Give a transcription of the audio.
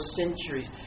centuries